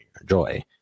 enjoy